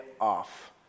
off